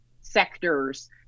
sectors